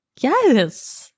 Yes